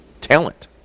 talent